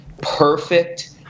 perfect